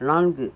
நான்கு